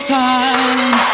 time